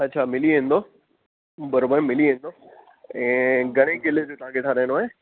अच्छा मिली वेंदो बराबरि मिली वेंदो ऐं घणे किले जो तव्हांखे ठहाराइणो आहे